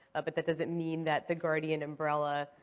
but that doesn't mean that the guardian umbrella,